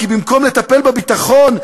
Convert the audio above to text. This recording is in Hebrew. כי במקום לטפל בביטחון,